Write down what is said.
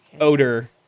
odor